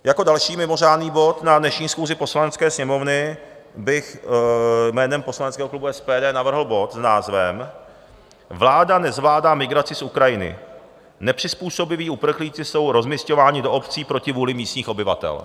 Jako další mimořádný bod na dnešní schůzi Poslanecké sněmovny bych jménem poslaneckého klubu SPD navrhl bod s názvem Vláda nezvládá migraci z Ukrajiny, nepřizpůsobiví uprchlíci jsou rozmisťováni do obcí proti vůli místních obyvatel.